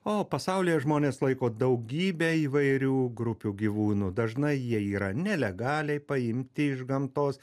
o pasaulyje žmonės laiko daugybę įvairių grupių gyvūnų dažnai jie yra nelegaliai paimti iš gamtos